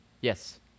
Yes